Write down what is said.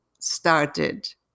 started